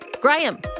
Graham